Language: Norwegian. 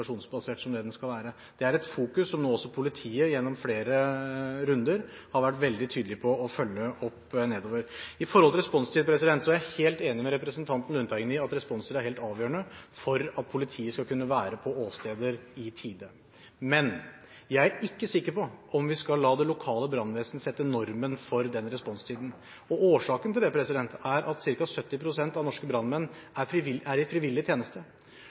operasjonsbasert som det den skal være. Dette er et fokus som nå også politiet gjennom flere runder har vært veldig tydelig på å følge opp nedover. Når det gjelder responstid, er jeg helt enig med representanten Lundteigen i at responstid er helt avgjørende for at politiet skal kunne være på åsteder i tide. Men jeg er ikke sikker på at vi skal la det lokale brannvesenet sette normen for den responstiden. Årsaken til det er at ca. 70 pst. av norske brannmenn er i frivillig tjeneste,